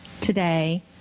today